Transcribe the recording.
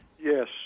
Yes